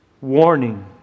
warning